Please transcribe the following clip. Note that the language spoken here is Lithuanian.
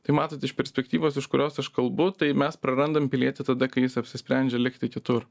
tai matot iš perspektyvos iš kurios aš kalbu tai mes prarandam pilietį tada kai jis apsisprendžia likti kitur